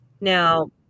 now